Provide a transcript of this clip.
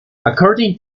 according